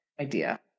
idea